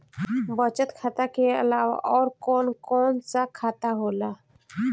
बचत खाता कि अलावा और कौन कौन सा खाता होला?